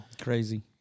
Crazy